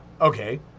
Okay